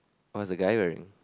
what is the guy wearing